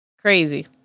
Crazy